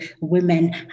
women